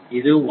அது 1